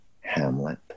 Hamlet